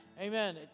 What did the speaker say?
Amen